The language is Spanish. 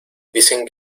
dicen